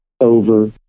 over